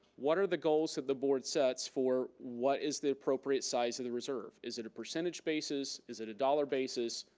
what are the goals that the board sets for what is the appropriate size of the reserve. is it a percentage basis? is it a dollar basis?